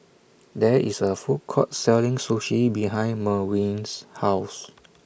There IS A Food Court Selling Sushi behind Merwin's House